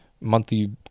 monthly